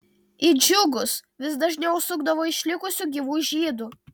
į džiugus vis dažniau užsukdavo išlikusių gyvų žydų